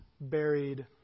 buried